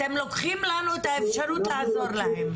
אתם לוקחים לנו את האפשרות לעזור להם.